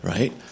Right